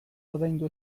ordaindu